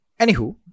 Anywho